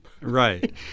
Right